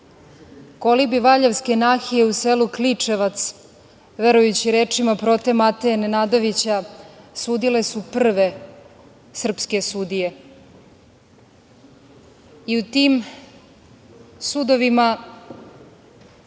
kolibi Valjevske nahije u selu Kličevac, verujući rečima prote Mateje Nenadovića, sudile su prve srpske sudije. U tim sudovima